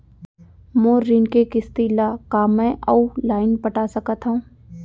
मोर ऋण के किसती ला का मैं अऊ लाइन पटा सकत हव?